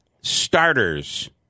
starters